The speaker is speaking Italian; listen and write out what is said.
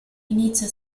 inizia